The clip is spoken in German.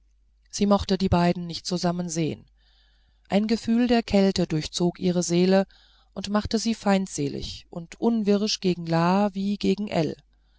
sie mochte die beiden nicht zusammen sehen ein gefühl der kälte durchzog ihre seele und machte sie feindselig und unwirsch gegen la wie gegen